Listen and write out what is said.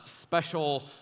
special